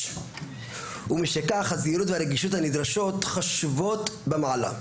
ומשכך הזהירות והרגישות הנדרשות חשובות במעלה.